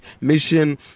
mission